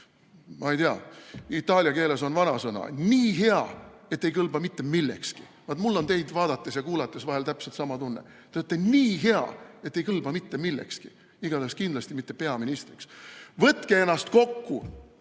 ei tea, itaalia keeles on vanasõna "Nii hea, et ei kõlba mitte millekski". Mul on teid vaadates ja kuulates vahel täpselt sama tunne. Te olete nii hea, et ei kõlba mitte millekski, igatahes kindlasti mitte peaministriks. Võtke ennast kokku!